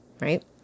right